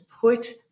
put